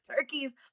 turkeys